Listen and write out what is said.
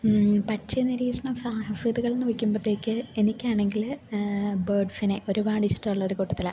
പക്ഷി നിരീക്ഷണ സാഹസതകളെന്നു വെക്കുമ്പോഴത്തേക്ക് എനിക്കാണെങ്കിൽ ബേർഡ്സിനെ ഒരുപാട് ഇഷ്ടമുള്ള ഒരു കൂട്ടത്തിൽ